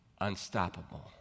unstoppable